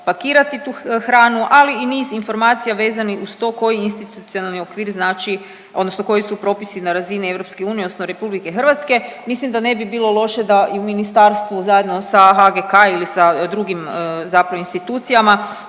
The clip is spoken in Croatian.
pakirati tu hranu, ali i niz informacija vezani uz to koji institucionalni okvir znači odnosno koji su propisi na razini EU, odnosno RH, mislim da ne bi bilo loše da i u ministarstvu zajedno sa HGK ili sa drugim zapravo institucijama